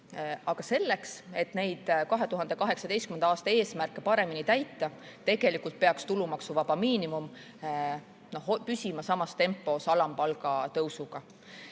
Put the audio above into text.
Aga selleks, et neid 2018. aasta eesmärke paremini täita, peaks tulumaksuvaba miinimum püsima samas tempos alampalga tõusuga.